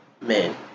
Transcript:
men